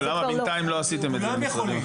למה בינתיים לא עשיתם את זה במשרדים אחרי?